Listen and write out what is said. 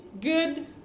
good